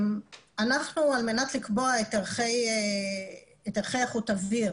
על מנת לקבוע את ערכי איכות האוויר,